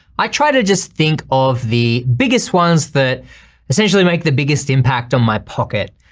i try to just think of the biggest ones that essentially make the biggest impact on my pocket.